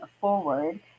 forward